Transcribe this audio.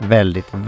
Väldigt